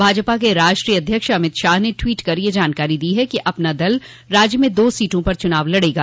भाजपा के राष्ट्रीय अध्यक्ष अमित शाह ने ट्वीट कर जानकारी दी है कि अपना दल राज्य में दो सीटों पर चुनाव लड़ेगा